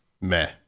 Meh